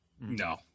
No